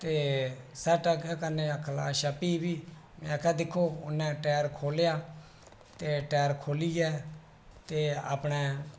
एह् सैट्ट कन्नै आक्खन लगा अच्छा फ्ही बी में आखेआ दिक्खो उ'नें टैर खोह्लेआ ते टैर खोह्लियै ते अपने